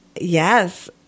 Yes